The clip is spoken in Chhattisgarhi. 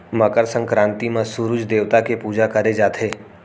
मकर संकरांति म सूरूज देवता के पूजा करे जाथे